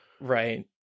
Right